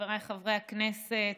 חבריי חברי הכנסת,